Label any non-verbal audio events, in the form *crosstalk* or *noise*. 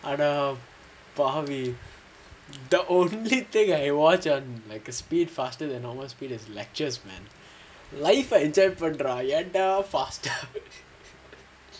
the only thing I watch and like a speed faster than the normal speed is lectures man life ah enjoy பண்றா ஏன்:pandraa yaen dah fast ah *laughs*